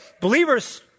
believers